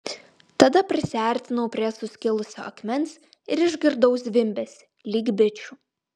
tada prisiartinau prie suskilusio akmens ir išgirdau zvimbesį lyg bičių